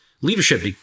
leadership